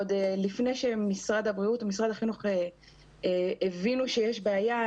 עוד לפני שמשרד הבריאות ומשרד החינוך הבינו שיש בעיה,